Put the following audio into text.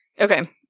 Okay